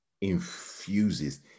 infuses